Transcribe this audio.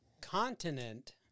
continent